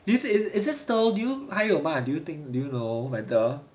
do you think is this still do you 还有吗 do you think do you know whether